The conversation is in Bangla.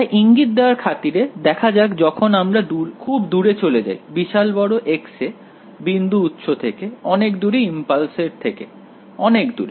তাই ইঙ্গিত দেওয়ার খাতিরে দেখা যাক যখন আমরা খুব দূরে চলে যাই বিশাল বড় x এ বিন্দু উৎস থেকে অনেক দূরে ইমপালস এর থেকে অনেক দূরে